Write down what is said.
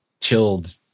chilled